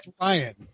Ryan